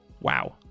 Wow